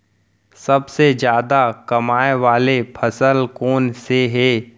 सबसे जादा कमाए वाले फसल कोन से हे?